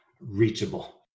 reachable